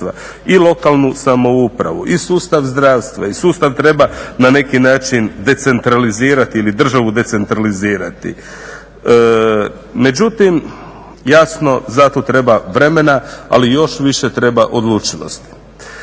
i lokalnu samoupravu i sustav zdravstva i sustav treba na neki način decentralizirati ili državu decentralizirati. Međutim jasno za to treba vremena ali još više treba odlučnosti.